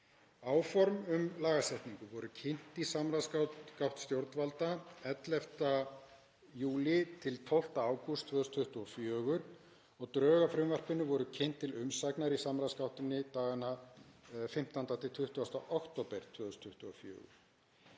Áform um lagasetningu voru kynnt í samráðsgátt stjórnvalda 11. júlí til 12. ágúst 2024 og drög að frumvarpinu voru kynnt til umsagnar í samráðsgáttinni daganna 15.–20. október 2024.